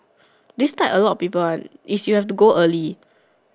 this type a lot of people one is you have to go early